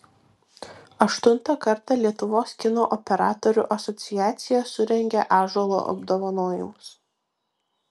aštuntą kartą lietuvos kino operatorių asociacija surengė ąžuolo apdovanojimus